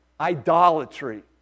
idolatry